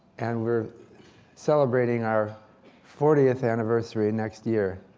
and we're celebrating our fortieth anniversary and next year.